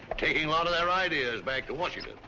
taking a lot of their ideas back to washington.